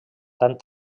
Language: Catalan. tan